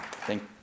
Thank